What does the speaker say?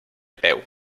peu